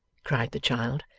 cried the child.